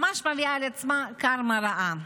ממש מביאה על עצמה קארמה רעה.